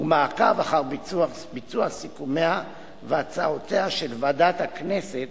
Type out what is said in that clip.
ומעקב אחר ביצוע סיכומיה והצעותיה של ועדת הכנסת